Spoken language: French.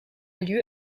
lieu